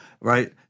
right